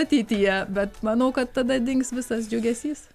ateityje bet manau kad tada dings visas džiugesys